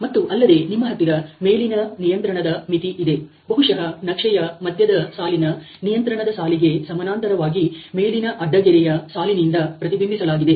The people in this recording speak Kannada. ಮತ್ತು ಅಲ್ಲದೆ ನಿಮ್ಮ ಹತ್ತಿರ ಮೇಲಿನ ನಿಯಂತ್ರಣ ಮಿತಿ ಇದೆ ಬಹುಶಃ ನಕ್ಷೆಯ ಮಧ್ಯದ ಸಾಲಿನ ನಿಯಂತ್ರಣದ ಸಾಲಿಗೆ ಸಮನಾಂತರವಾಗಿ ಮೇಲಿನ ಅಡ್ಡ ಗೆರೆಯ ಸಾಲಿನಿಂದ ಪ್ರತಿಬಿಂಬಿಸಲಾಗಿದೆ